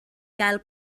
gael